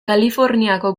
kaliforniako